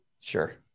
sure